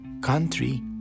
country